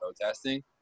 protesting